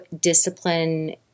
discipline